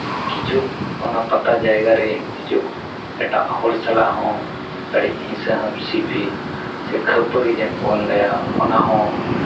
ᱠᱤᱪᱷᱩ ᱚᱱᱟ ᱯᱟᱛᱟ ᱡᱟᱭᱜᱟ ᱨᱮ ᱠᱤᱪᱷᱩ ᱮᱴᱟᱜ ᱦᱚᱲ ᱥᱟᱞᱟᱜ ᱦᱚᱸ ᱟᱹᱰᱤ ᱦᱤᱥᱟᱹ ᱦᱤᱯᱤᱥᱟᱹ ᱥᱮ ᱠᱷᱟᱹᱯᱟᱹᱨᱤ ᱡᱟᱠᱮ ᱵᱚᱱ ᱞᱟᱹᱭᱟ ᱚᱱᱟᱦᱚᱸ